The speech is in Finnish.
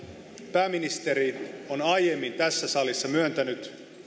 pääministeri tässä salissa myöntänyt